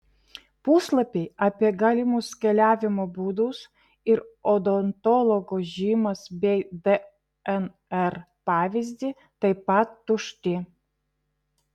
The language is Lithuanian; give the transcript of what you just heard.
puslapiai apie galimus keliavimo būdus ir odontologo žymas bei dnr pavyzdį taip pat tušti